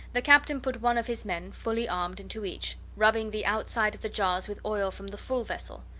the captain put one of his men, fully armed, into each, rubbing the outside of the jars with oil from the full vessel.